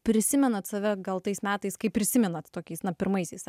prisimenate save gal tais metais kaip prisimenate tokiais na pirmaisiais